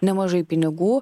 nemažai pinigų